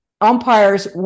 umpires